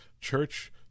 church